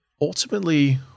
ultimately